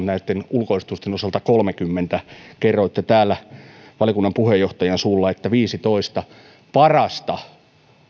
näitten ulkoistusten osalta kerroitte täällä valiokunnan puheenjohtajan suulla että viidestoista parasta